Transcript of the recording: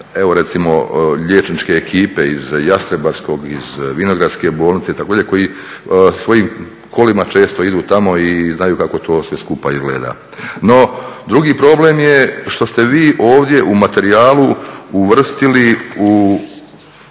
evo recimo liječničke ekipe iz Jastrebarskog, iz Vinogradske bolnice itd. koji svojim kolima često idu tamo i znaju kako to sve skupa izgleda. No, drugi problem je što ste vi ovdje u materijalu uvrstili u